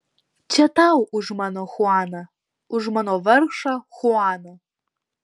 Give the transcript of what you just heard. čia tau už mano chuaną už mano vargšą chuaną